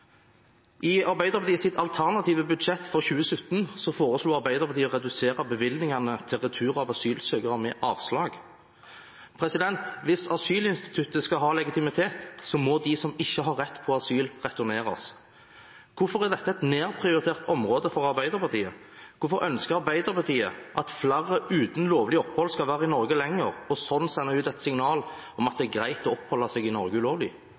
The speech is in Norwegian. foreslo Arbeiderpartiet å redusere bevilgningene til retur av asylsøkere med avslag. Hvis asylinstituttet skal ha legitimitet, må de som ikke har rett på asyl, returneres. Hvorfor er dette et nedprioritert område for Arbeiderpartiet? Hvorfor ønsker Arbeiderpartiet at flere uten lovlig opphold skal være i Norge lenger, og slik sende ut et signal om at det er greit å oppholde seg i Norge ulovlig?